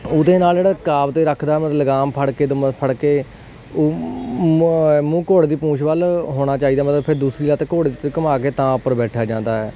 ਉਹਦੇ ਨਾਲ ਜਿਹੜਾ ਰਕਾਬ 'ਤੇ ਰੱਖਦਾ ਲਗਾਮ ਫੜ ਕੇ ਅਤੇ ਮਤਲਬ ਫੜ ਕੇ ਉਹ ਮੂੰਹ ਘੋੜੇ ਦੀ ਪੂੰਛ ਵੱਲ ਹੋਣਾ ਚਾਹੀਦਾ ਮਤਲਬ ਫਿਰ ਦੂਸਰੀ ਲੱਤ ਘੋੜੇ 'ਤੇ ਘੁਮਾ ਕੇ ਤਾਂ ਉੱਪਰ ਬੈਠਿਆ ਜਾਂਦਾ ਹੈ